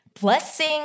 blessing